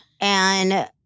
And-